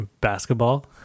basketball